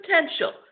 potential